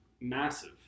massive